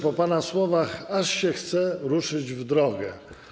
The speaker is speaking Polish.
Po pana słowach aż się chce ruszyć w drogę.